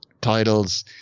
titles